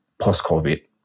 post-COVID